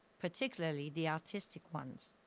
particularly the arttic ones.